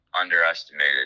underestimated